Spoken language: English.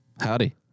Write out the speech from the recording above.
Howdy